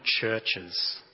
churches